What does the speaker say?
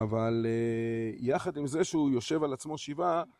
אבל יחד עם זה שהוא יושב על עצמו שבעה